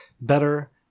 better